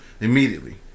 immediately